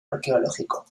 arqueológico